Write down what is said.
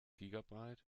gigabyte